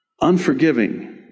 unforgiving